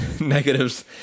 negatives